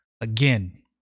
Again